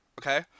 okay